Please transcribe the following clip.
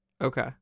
Okay